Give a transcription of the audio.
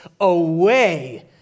away